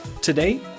Today